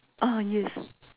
ah yes